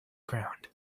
ground